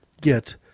get